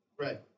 Right